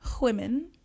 women